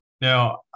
Now